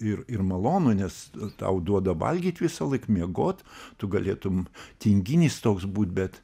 ir ir malonu nes tau duoda valgyt visąlaik miegot tu galėtum tinginys toks būt bet